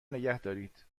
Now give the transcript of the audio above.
نگهدارید